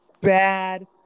bad